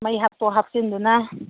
ꯃꯩ ꯍꯥꯞꯇꯣꯛ ꯍꯥꯞꯆꯤꯟꯗꯨꯅ